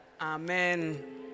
Amen